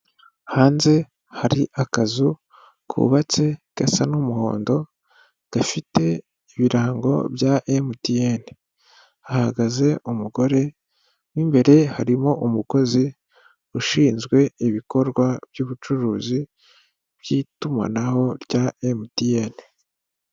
Hanze hari akazu kubatse gasa n'umuhondo gafite ibirango bya emutiyeni, hahagaze umugore mo mbere harimo umukozi ushinzwe ibikorwa by'ubucuruzi by'itumanaho rya emutiyeni.